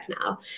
now